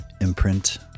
Imprint